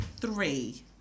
three